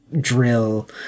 Drill